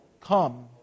Come